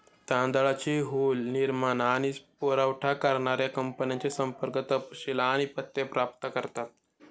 तांदळाची हुल निर्माण आणि पुरावठा करणाऱ्या कंपन्यांचे संपर्क तपशील आणि पत्ते प्राप्त करतात